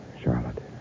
Charlotte